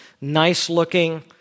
nice-looking